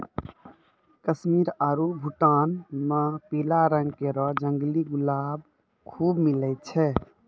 कश्मीर आरु भूटान म पीला रंग केरो जंगली गुलाब खूब मिलै छै